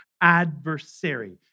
adversary